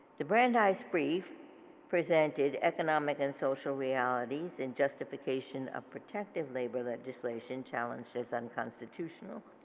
the brandeis brief presented economic and social realities and justification of protective labor legislation challenges unconstitutional.